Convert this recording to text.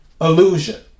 illusion